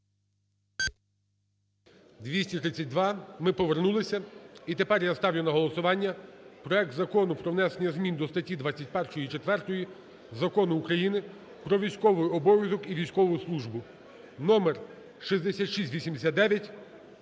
За-232 Ми повернулися. І тепер я ставлю на голосування проект Закону про внесення змін до статті 21– 4 Закону України "Про військовий обов'язок і військову службу" (№ 6689)